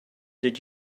did